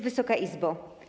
Wysoka Izbo!